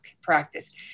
practice